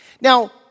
Now